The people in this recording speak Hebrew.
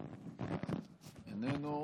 איננו,